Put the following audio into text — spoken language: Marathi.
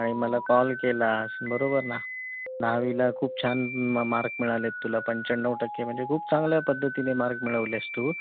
आणि मला कॉल केलास बरोबर ना दहावीला खूप छान मार्क्स मिळालेत तुला पंच्याण्णव टक्के म्हणजे खूप चांगल्या पद्धतीने मार्क मिळवलेस तू